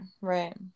right